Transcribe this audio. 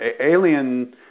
Alien